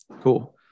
Cool